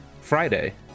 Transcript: Friday